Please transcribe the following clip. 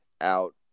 out